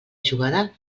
jugada